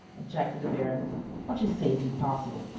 objected the baron what you say is impossible.